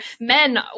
men